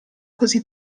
così